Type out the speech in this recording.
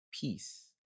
peace